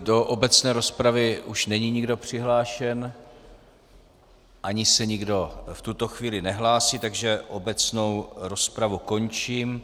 Do obecné rozpravy už není nikdo přihlášen ani se nikdo v tuto chvíli nehlásí, takže obecnou rozpravu končím.